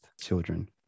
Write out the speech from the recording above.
children